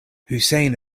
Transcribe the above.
hussein